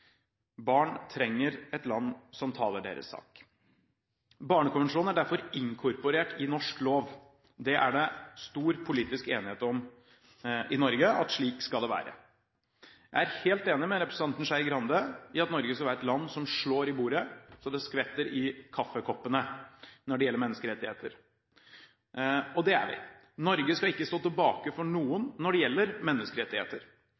Barn trenger et land som taler deres sak. Barnekonvensjonen er derfor inkorporert i norsk lov. Det er stor politisk enighet i Norge om at slik skal det være. Jeg er helt enig med representanten Skei Grande i at Norge skal være et land som slår i bordet så det skvetter i kaffekoppene når det gjelder menneskerettigheter. Og det er de. Norge skal ikke stå tilbake for noen når det gjelder menneskerettigheter.